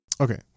Okay